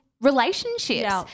Relationships